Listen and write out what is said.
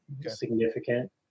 significant